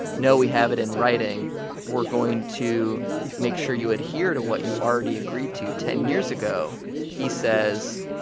no, we have it in writing we're going to make sure you adhere to what you already agreed to ten years ago he says,